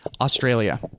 Australia